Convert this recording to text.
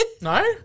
No